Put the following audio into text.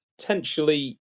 Potentially